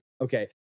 Okay